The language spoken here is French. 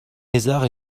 mézard